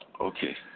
Okay